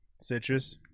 Citrus